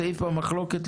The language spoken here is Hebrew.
וסעיף 21 שהוא במחלוקת,